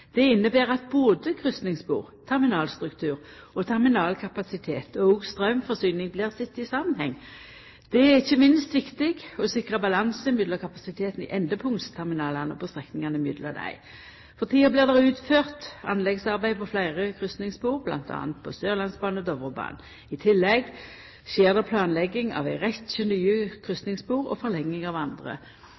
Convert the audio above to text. Det inneber at både kryssingsspor, terminalstruktur og terminalkapasitet og straumforsyning blir sett i samanheng. Det er ikkje minst viktig å sikra balanse mellom kapasiteten i endepunktsterminalane og på strekninga mellom desse. For tida blir det utført anleggsarbeid på fleire kryssingsspor, bl.a. på Sørlandsbanen og Dovrebanen. I tillegg skjer det planlegging av ei rekkje nye kryssingsspor og forlenging av andre.